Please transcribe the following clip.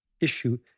issue